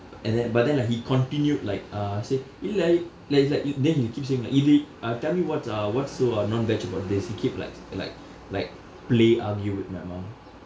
and then but then like he continued like uh say இல்ல:illa like he's like and then he'll keep saying like இது:ithu ah tell me what's uh what's so uh non veg about this he keep like like like play argue with my mom